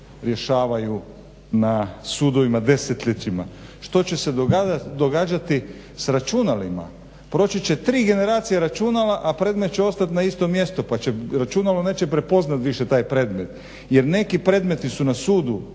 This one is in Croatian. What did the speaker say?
rješavaju na sudovima desetljećima, što će se događati s računalima. Proći će tri generacije računala a predmet će ostati na istom mjestu pa računalo neće prepoznati više taj predmet jer neki predmeti su na sudu.